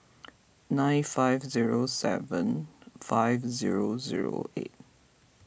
nine five zero seven five zero zero eight